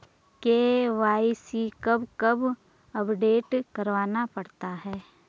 KYC कब कब update करवाना पड़ता है?